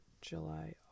july